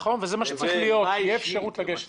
נכון, וזה מה שצריך להיות, שתהיה אפשרות לגשת לזה.